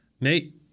Nate